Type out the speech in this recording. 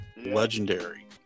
Legendary